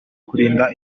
kurinda